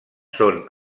són